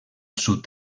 sud